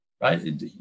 Right